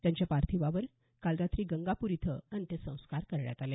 त्यांच्या पार्थिवावर काल रात्री गंगापूर इथं अंत्यसंस्कार करण्यात आले